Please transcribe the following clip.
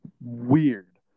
weird